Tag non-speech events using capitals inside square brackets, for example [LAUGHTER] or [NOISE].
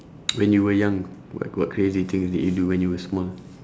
[NOISE] when you were young what what crazy things did you do when you were small